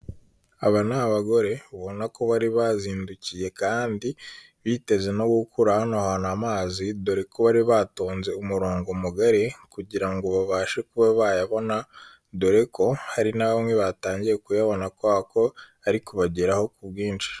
Aba ni abagore ubona ko bari bazindukiye kandi biteze no gukura hano hantu amazi, dore ko bari batonze umurongo mugari kugira ngo babashe kuba bayabona, dore ko hari nabamwe batangiye kuyabona kuberako ari kubageraho ku bwinshi.